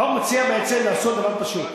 החוק מציע בעצם לעשות דבר פשוט,